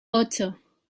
ocho